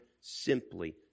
simply